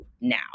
now